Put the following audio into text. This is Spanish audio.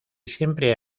siempre